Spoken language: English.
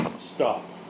stop